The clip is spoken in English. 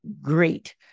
great